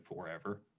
forever